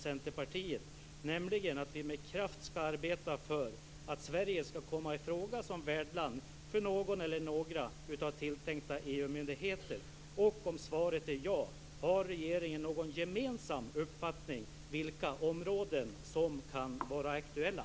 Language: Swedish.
Centerpartiet, nämligen att vi med kraft skall arbeta för att Sverige skall komma i fråga som värdland för något eller några av tilltänkta EU-myndigheter? Om svaret är ja: Har regeringen någon gemensam uppfattning om vilka områden som kan vara aktuella?